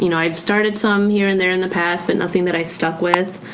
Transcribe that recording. you know i've started some here and there in the past but nothing that i stuck with.